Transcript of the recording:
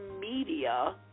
media